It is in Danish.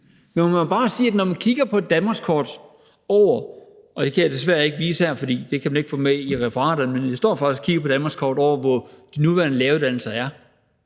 Man må bare sige, at når man kigger på et danmarkskort over de nuværende læreruddannelser – det kan jeg desværre ikke vise her, for det kan man ikke få med i referatet, men jeg står faktisk og kigger på et danmarkskort over, hvor de nuværende læreruddannelser